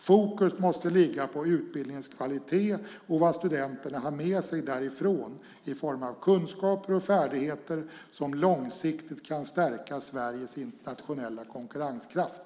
Fokus måste ligga på utbildningens kvalitet och vad studenterna har med sig därifrån i form av kunskaper och färdigheter som långsiktigt kan stärka Sveriges internationella konkurrenskraft.